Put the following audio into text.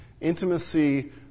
Intimacy